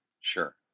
Sure